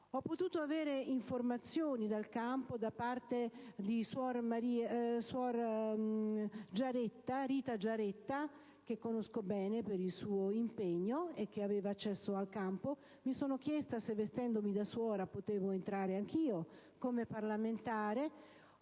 Ho potuto avere informazioni dal campo da parte di suor Rita Giaretta, che conosco bene per il suo impegno, la quale ha accesso al campo. Mi sono chiesta se, vestendomi da suora, potevo entrare anch'io come parlamentare.